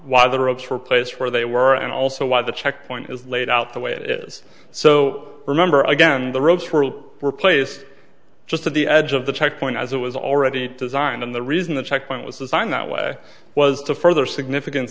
why the ropes were placed where they were and also why the checkpoint is laid out the way it is so remember again the ropes were placed just at the edge of the checkpoint as it was already designed and the reason the checkpoint was designed that way was to further significant